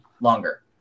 longer